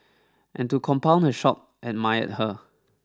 and to compound her shock admired her